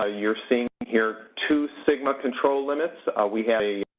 ah you're seeing here two sigma control limits. we have a